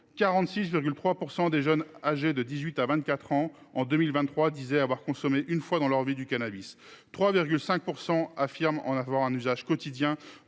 46,3 % des jeunes âgés de 18 à 24 ans disaient avoir consommé au moins une fois dans leur vie du cannabis ; 3,5 % affirment en faire un usage quotidien